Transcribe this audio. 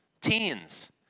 teens